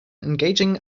engaging